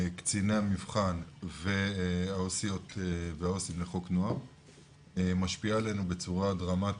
קציני המבחן ועו"סיות ועו"סים לחוק נוער משפיעה עלינו בצורה דרמטית.